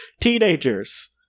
teenagers